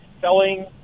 selling